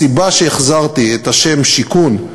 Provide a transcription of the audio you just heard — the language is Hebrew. הסיבה, החזרתי את השם "שיכון"